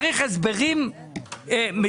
צריך הסברים מסודרים.